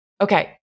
Okay